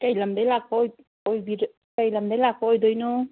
ꯀꯩ ꯂꯝꯗꯩ ꯂꯥꯛꯄ ꯀꯩ ꯂꯝꯗꯩ ꯂꯥꯛꯄ ꯑꯣꯏꯗꯣꯏꯅꯣ